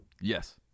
yes